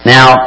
Now